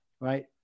right